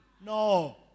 No